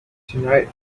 tonight